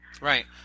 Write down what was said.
right